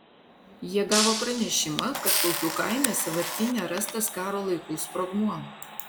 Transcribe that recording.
jie gavo pranešimą kad kaupių kaime sąvartyne rastas karo laikų sprogmuo